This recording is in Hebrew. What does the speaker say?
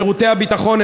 בשירותי הביטחון,